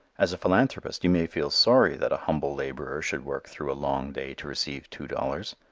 as a philanthropist, you may feel sorry that a humble laborer should work through a long day to receive two dollars,